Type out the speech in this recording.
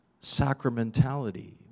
sacramentality